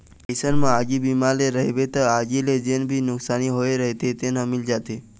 अइसन म आगी बीमा ले रहिबे त आगी ले जेन भी नुकसानी होय रहिथे तेन ह मिल जाथे